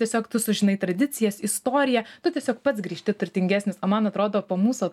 tiesiog tu sužinai tradicijas istoriją tu tiesiog pats grįžti turtingesnis o man atrodo po mūsų